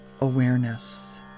awareness